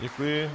Děkuji.